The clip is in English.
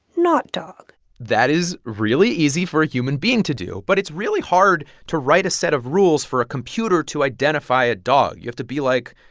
not dog that is really easy for a human being to do, but it's really hard to write a set of rules for a computer to identify a dog. you have to be like,